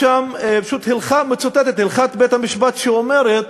מצוטטת הלכת בית-המשפט שאומרת